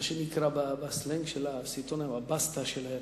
שנקרא בסלנג הבסטה של הירקות,